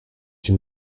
une